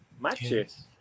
matches